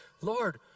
Lord